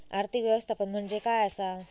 आर्थिक व्यवस्थापन म्हणजे काय असा?